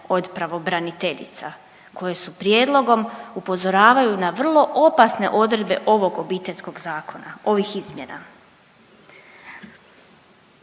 od pravobraniteljica koje su prijedlogom upozoravaju na vrlo opasne odredbe ovog Obiteljskog zakona, ovih izmjena?